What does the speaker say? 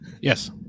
Yes